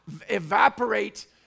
evaporate